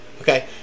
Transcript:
Okay